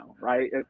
right